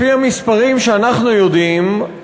לפי המספרים שאנחנו יודעים,